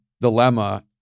dilemma